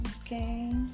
Okay